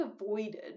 avoided